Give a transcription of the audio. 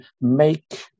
make